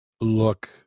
look